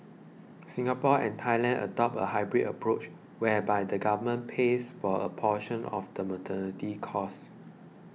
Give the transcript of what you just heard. Singapore and Thailand adopt a hybrid approach whereby the government pays for a portion of the maternity costs